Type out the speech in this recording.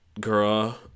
girl